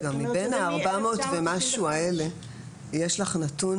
מבין ה-400 ומשהו האלה יש לך נתון,